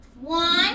One